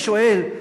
אני שואל,